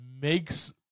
makes